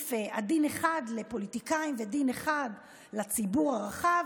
סעיף דין אחד לפוליטיקאים ודין אחד לציבור הרחב.